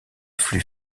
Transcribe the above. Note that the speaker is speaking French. flux